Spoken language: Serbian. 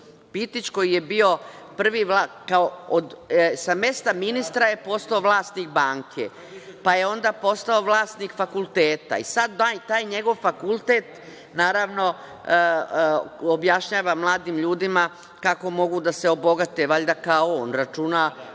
Pitić. Pitić je sa mesta ministra postao vlasnik banke, pa je onda postao vlasnik fakulteta. Sada taj njegov fakultet naravno objašnjava mladim ljudima kako mogu da se obogate, valjda kao on. Računa